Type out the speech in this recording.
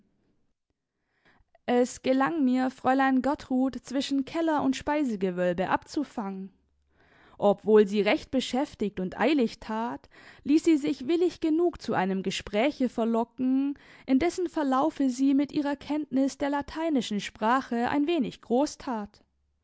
es gelang mir fräulein gertrud zwischen keller und speisegewölbe abzufangen obwohl sie recht beschäftigt und eilig tat ließ sie sich willig genug zu einem gespräche verlocken in dessen verlaufe sie mit ihrer kenntnis der lateinischen sprache ein wenig groß tat